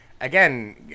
again